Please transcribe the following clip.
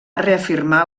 reafirmar